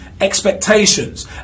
expectations